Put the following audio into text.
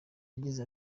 yagize